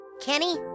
Kenny